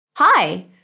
Hi